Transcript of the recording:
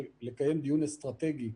לקיים דיון אסטרטגי,